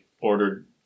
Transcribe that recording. ordered